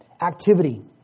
activity